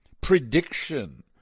Prediction